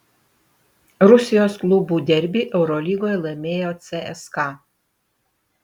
rusijos klubų derbį eurolygoje laimėjo cska